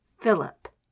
Philip